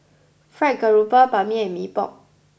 Fried Garoupa Ban Mian and Mee Pok